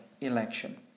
election